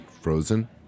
frozen